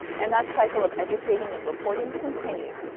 and that cycle of educating and reporting continued.